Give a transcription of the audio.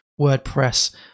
WordPress